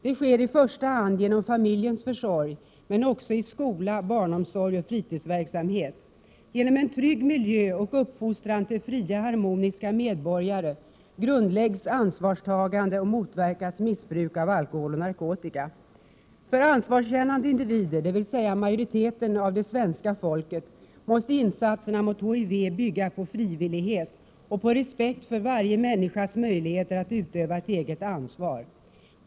Det sker i första hand genom familjens försorg men också i skola, barnomsorg och fritidsverksamhet. Genom en trygg miljö och uppfostran till fria, harmoniska medborgare grundläggs ansvarstagande och motverkas missbruk av alkohol och narkotika. För ansvarskännande individer, dvs. majoriteten av det svenska folket, måste insatserna mot HIV bygga på frivillighet och på respekt för varje människas möjligheter att utöva ett eget ansvar.